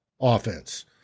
offense